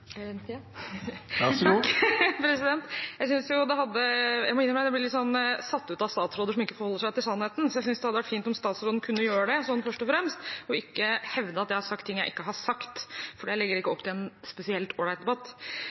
Jeg må innrømme at jeg blir litt satt ut av statsråder som ikke forholder seg til sannheten. Jeg synes det hadde vært fint om statsråden først og fremst kunne gjøre det, og ikke hevde at jeg har sagt ting jeg ikke har sagt, for det legger ikke opp til en spesielt ålreit debatt.